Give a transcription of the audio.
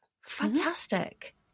fantastic